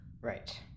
Right